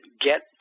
get –